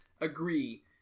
agree